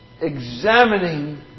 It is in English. examining